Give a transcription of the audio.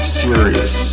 serious